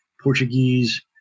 Portuguese